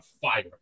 fire